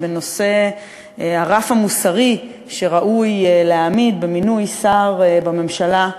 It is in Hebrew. בנושא הרף המוסרי שראוי להעמיד במינוי שר בממשלה.